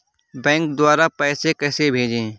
Bank द्वारा पैसे कैसे भेजें?